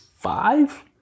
Five